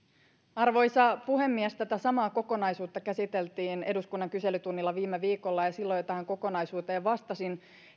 arvoisa puhemies tätä samaa kokonaisuutta käsiteltiin eduskunnan kyselytunnilla viime viikolla ja silloin jo tähän kokonaisuuteen vastasin